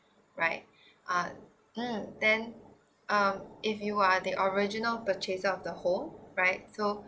right uh mm then um if you are the original purchaser of the home right so